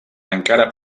encara